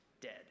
dead